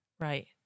Right